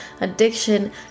addiction